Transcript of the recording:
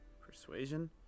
Persuasion